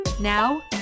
Now